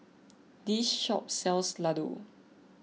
this shop sells Ladoo